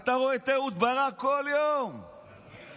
אתה רואה את אהוד ברק כל יום ממריד.